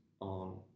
on